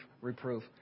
reproof